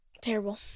terrible